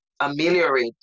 ameliorate